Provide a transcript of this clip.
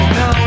no